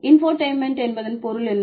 infotainment என்பதன் பொருள் என்ன